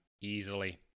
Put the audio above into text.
easily